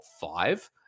five